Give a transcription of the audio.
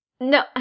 No